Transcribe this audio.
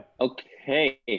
okay